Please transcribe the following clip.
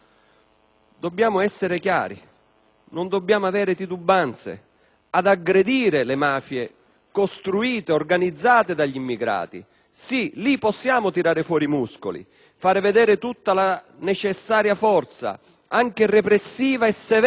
non dobbiamo avere titubanze ad aggredire le mafie costruite e organizzate dagli immigrati. Sì, lì possiamo tirare fuori i muscoli, fare vedere tutta la necessaria forza, anche repressiva e severa della democrazia.